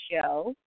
show